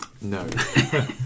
No